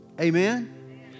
Amen